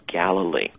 Galilee